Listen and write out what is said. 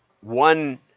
one